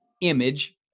image